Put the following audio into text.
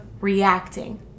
reacting